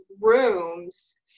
rooms